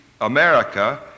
America